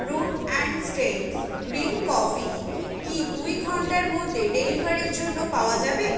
root and stems green coffee কি দুই ঘণ্টার মধ্যে ডেলিভারির জন্য পাওয়া যাবে